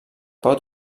pot